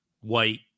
white